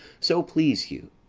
so please you,